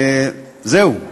זהו,